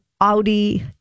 Audi